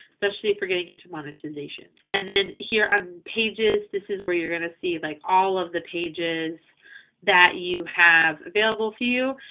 especially for getting into monetization. and then here on pages, this is where you're going to see like all of the pages that you have available for you.